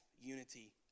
unity